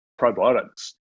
probiotics